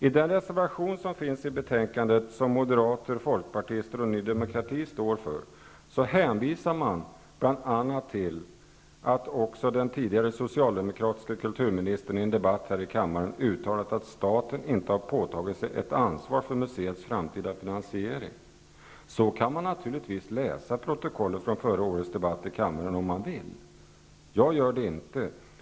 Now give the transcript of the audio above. I den reservation som finns till betänkandet och som Moderater, Folkpartister och Ny demokrati står för, hänvisar man bl.a. till att också den tidigare socialdemokratiska kulturministern i en debatt här i kammaren uttalat att staten inte påtagit sig ett ansvar för museets framtida finansiering. Så kan man naturligtvis läsa protokollet från förra året debatt i kammaren om man vill, men jag gör det inte.